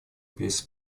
без